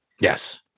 Yes